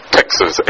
Texas